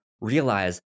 realize